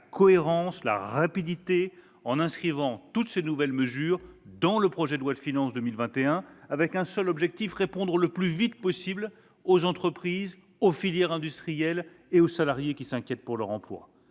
la cohérence et la rapidité en inscrivant toutes ces nouvelles mesures dans le projet de loi de finances pour 2021, avec un seul objectif : répondre le plus vite possible aux entreprises, aux filières industrielles et aux salariés qui s'inquiètent pour leur emploi.